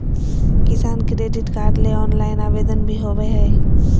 किसान credit card ले online आवेदन भी होबय हय